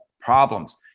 problems